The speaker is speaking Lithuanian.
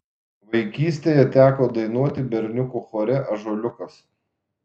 vaikystėje teko dainuoti berniukų chore ąžuoliukas